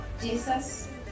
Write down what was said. Jesus